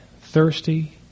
thirsty